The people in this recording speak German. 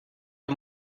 der